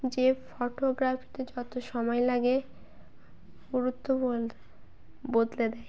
যে ফটোগ্রাফিতে যত সময় লাগে গুরুত্ব বদলে বদলে দেয়